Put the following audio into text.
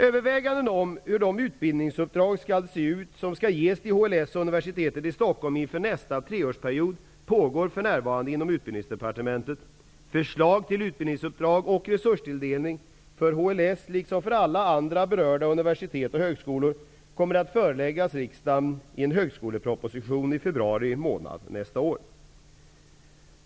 Överväganden om hur de utbildningsuppdrag skall se ut som skall ges till HLS och Universitetet i Stockholm inför nästa treårsperiod pågår för närvarande inom Utbildningsdepartementet. Förslag till utbildningsuppdrag och resurstilldelning för HLS liksom för alla berörda universitet och högskolor kommer att föreläggas riksdagen i högskolepropositionen i februari nästa år.